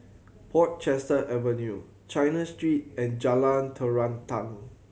Portchester Avenue China Street and Jalan Terentang